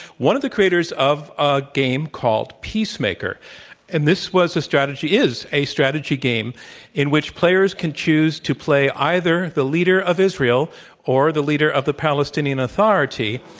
one of the creators of a game called peace maker and this was the strategy is a strategy game in which players can choose to play either the leader of israel or the leader of the palestinian authority,